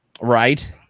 Right